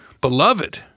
Beloved